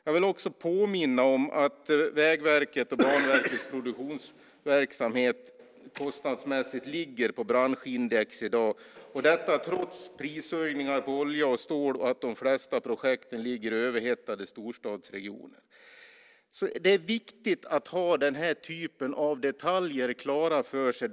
Jag vill också påminna om att Vägverkets och Banverkets produktionsverksamhet kostnadsmässigt ligger på branschindex i dag, trots prishöjningar på olja och stål och att de flesta projekt ligger i överhettade storstadsregioner. Det är viktigt att ha dessa detaljer klara för sig.